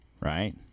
right